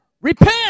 repent